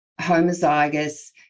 homozygous